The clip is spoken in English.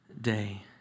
day